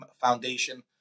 foundation